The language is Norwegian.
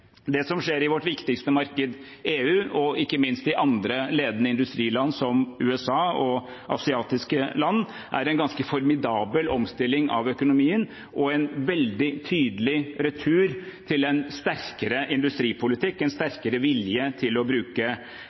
Det som skjer i vårt viktigste marked, EU, og ikke minst i andre ledende industriland, som USA og asiatiske land, er en ganske formidabel omstilling av økonomien og en veldig tydelig retur til en sterkere industripolitikk, en sterkere vilje til å